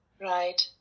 right